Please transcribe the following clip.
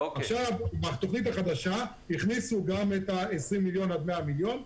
עכשיו בתוכנית החדשה הכניסו גם את ה-20 מיליון עד 100 מיליון.